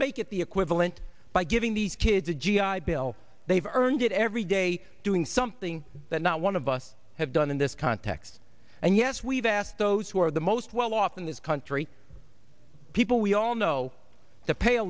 make it the equivalent by giving these kids a g i bill they've earned it every day doing something that not one of us have done in this context and yes we've asked those who are the most well off in this country people we all know that pay a